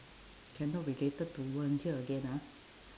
cannot related to volunteer again ah